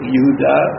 Yehuda